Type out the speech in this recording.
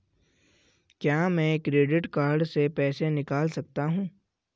क्या मैं credit card से पैसे निकाल सकता हूँ?